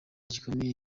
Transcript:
gikomeye